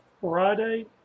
Friday